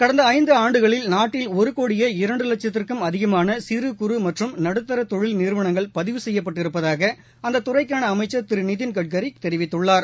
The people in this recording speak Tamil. கடந்த ஐந்து ஆண்டுகளில் நாட்டில் ஒரு கோடியே இரண்டு லட்சத்திற்கும் அதிகமான சிறு குறு மற்றும் நடுத்தர தொழில் நிறுவனங்கள் பதிவு செய்யப்பட்டிருப்பதாக அந்த துறைக்கான அமைச்சர் திரு நிதின் கட்கரி தெரிவித்துள்ளார்